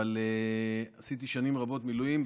אבל עשיתי שנים רבות מילואים.